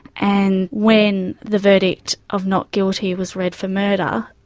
and when the verdict of not guilty was read for murder,